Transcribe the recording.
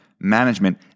management